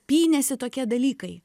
pynėsi tokie dalykai